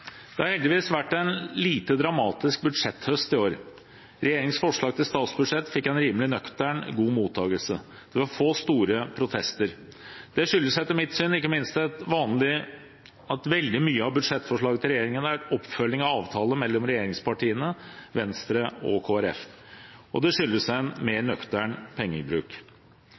Det har heldigvis vært en lite dramatisk budsjetthøst i år. Regjeringens forslag til statsbudsjett fikk en rimelig nøktern, god mottakelse. Det var få store protester. Det skyldes etter mitt syn ikke minst at veldig mye av budsjettforslaget til regjeringen er oppfølging av avtaler mellom regjeringspartiene, Venstre og Kristelig Folkeparti. Det skyldes en mer nøktern pengebruk.